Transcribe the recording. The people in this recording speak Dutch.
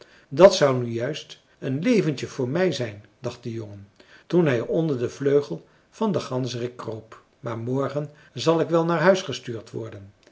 dat zou nu juist een leventje voor mij zijn dacht de jongen toen hij onder den vleugel van den ganzerik kroop maar morgen zal ik wel naar huis gestuurd worden